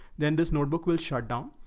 then this notebook will shut down.